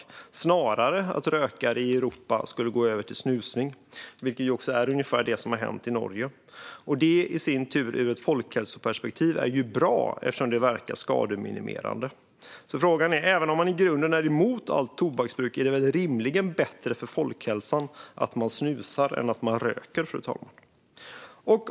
Det skulle snarare innebära att rökare i Europa skulle gå över till snusning, vilket är ungefär det som har hänt i Norge. Det i sin tur är ju ur ett folkhälsoperspektiv bra, eftersom det verkar skademinimerande. Även om man i grunden är emot allt tobaksbruk är det rimligen bättre för folkhälsan att människor snusar än att de röker, fru talman.